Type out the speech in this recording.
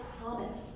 promise